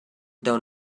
down